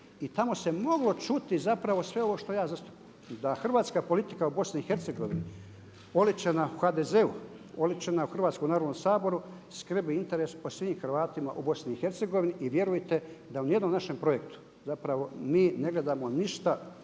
i tamo se moglo čuti zapravo sve ovo što ja zastupam. Da hrvatska politika u BiH oličena u HDZ-a, oličena u Hrvatskom narodnom saboru skrbi interes o svim Hrvatima u BiH vjerujte da u niti jednom našem projektu zapravo mi ne gledamo ništa